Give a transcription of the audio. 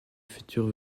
futures